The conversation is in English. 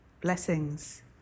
Blessings